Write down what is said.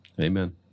Amen